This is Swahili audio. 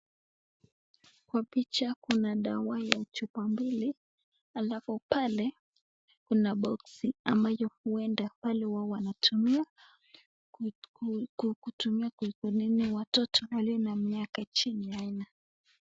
Kwa picha kuna dawa ya chupa mbili alafu pale kuna boxi ambayo huenda wale huwa wanatumia ,kutumia kwenye watoto walio na miaka chini ya nne.